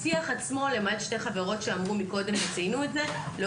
למעט שתי חברות שציינו את זה מקודם,